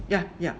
ya ya